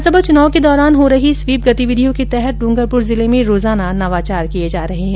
विधानसभा चुनाव के दौरान हो रही स्वीप गतिविधियों के तहत ड्रंगरपुर जिले में रोजाना नवाचार किये जा रहे है